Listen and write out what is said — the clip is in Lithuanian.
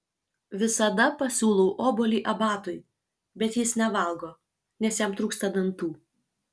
visada pasiūlau obuolį abatui bet jis nevalgo nes jam trūksta dantų